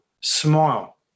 smile